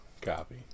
copy